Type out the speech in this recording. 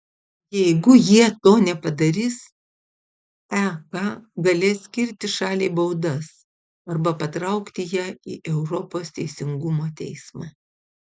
jeigu jie to nepadarys ek galės skirti šaliai baudas arba patraukti ją į europos teisingumo teismą